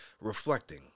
reflecting